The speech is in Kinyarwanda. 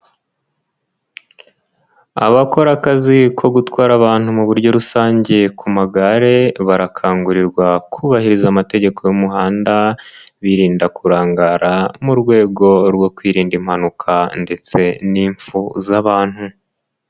Abakora akazi ko gutwara abantu mu buryo rusange ku magare, barakangurirwa kubahiriza amategeko y'umuhanda, birinda kurangara mu rwego rwo kwirinda impanuka ndetse n'imfu z’abantu.